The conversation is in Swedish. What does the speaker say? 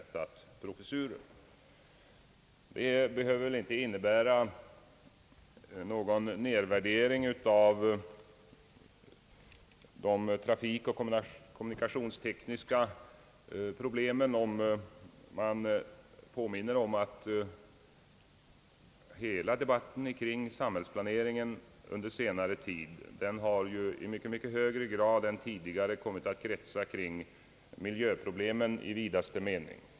Det behöver inte innebära någon nedvärdering av de trafikoch kommunikationstekniska problemen om man påminner om att hela debatten kring samhällsplaneringen under senare tid i mycket högre grad än tidigare har kommit att kretsa kring miljöproblemen i vidaste mening.